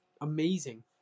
amazing